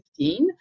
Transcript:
2015